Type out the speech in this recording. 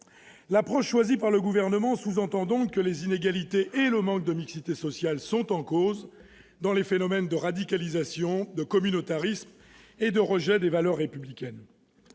L'approche choisie par le Gouvernement sous-entend donc que les inégalités et le manque de mixité sociale sont en cause dans les phénomènes de radicalisation, de communautarisme et de rejet des valeurs républicaines.